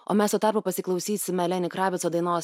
o mes tuo tarpu pasiklausysime leni kravico dainos